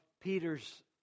Peter's